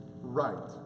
right